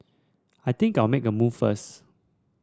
I think I'll make a move first